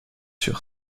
sur